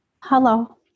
Hello